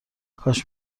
کاش